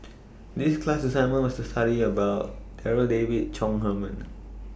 This class assignment was study about Darryl David Chong Heman